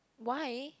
why